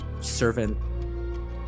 servant